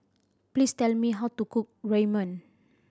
please tell me how to cook Ramyeon